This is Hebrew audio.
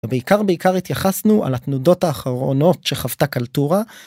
ובעיקר בעיקר התייחסנו על התנודות האחרונות שחוותה קלטורה.